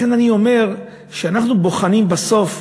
לכן אני אומר שאנחנו בוחנים, בסוף,